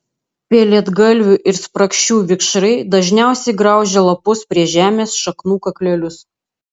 pelėdgalvių ir sprakšių vikšrai dažniausiai graužia lapus prie žemės šaknų kaklelius